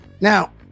Now